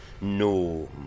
no